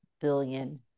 billion